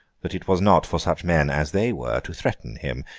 that it was not for such men as they were, to threaten him.